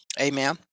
Amen